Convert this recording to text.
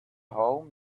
home